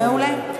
מעולה.